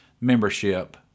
membership